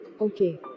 okay